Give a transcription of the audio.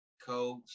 Coach